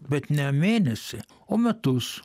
bet ne mėnesį o metus